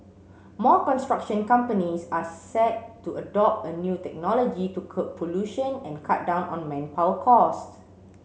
more construction companies are set to adopt a new technology to curb pollution and cut down on manpower costs